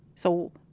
so,